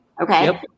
Okay